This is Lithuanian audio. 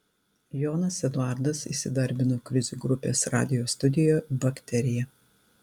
jonas eduardas įsidarbino krizių grupės radijo studijoje bakterija